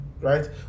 right